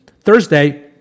Thursday